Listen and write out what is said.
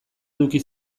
eduki